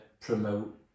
promote